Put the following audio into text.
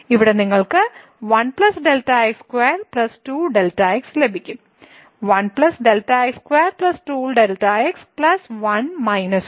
ഇവിടെ നിങ്ങൾക്ക് 1 Δx2 2Δx ലഭിക്കും 1 Δx2 2Δx 1 - 2